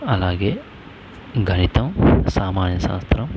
అలాగే గణితం సామాన్యశాస్త్రం